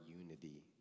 unity